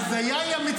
תמשיך.